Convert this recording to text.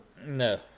no